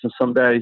someday